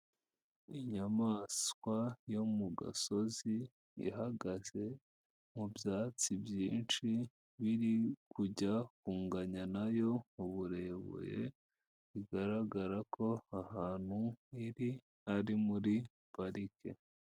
Inyamaswa yo mu gasozi, ihagaze mu byatsi byinshi biri kujya kunganya nayo uburebure bigaragara ko ahantu iri ari muri parike.